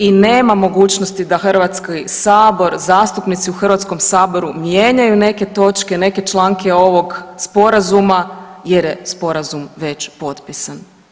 I nema mogućnosti da Hrvatski sabor, zastupnici u Hrvatskom saboru mijenjaju neke točke, neke članke ovoga Sporazuma jer je sporazum već potpisan.